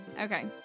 Okay